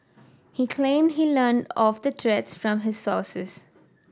he claimed he learn of the from his sources